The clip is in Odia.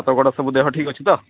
ହାତ ଗୋଡ଼ ସବୁ ଦେହ ଠିକ୍ ଅଛି ତ